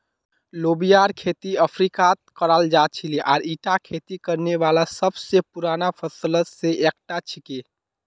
लोबियार खेती अफ्रीकात कराल जा छिले आर ईटा खेती करने वाला सब स पुराना फसलत स एकता छिके